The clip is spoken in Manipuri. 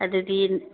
ꯑꯗꯨꯗꯤ